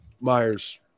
Myers